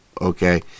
okay